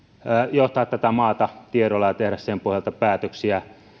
johtaa tätä maata tiedolla ja tehdä sen pohjalta päätöksiä